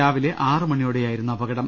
രാവിലെ ആറുമണിയോടെയായി രുന്നു അപകടം